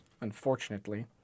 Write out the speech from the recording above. Unfortunately